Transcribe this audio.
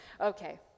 Okay